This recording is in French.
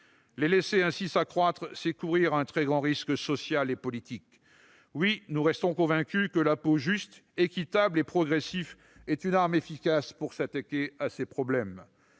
Les laisser ainsi s'accroître, c'est courir un très grand risque social et politique. Oui, nous restons convaincus que l'impôt juste, équitable et progressif est une arme efficace contre ces problèmes.